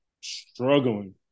struggling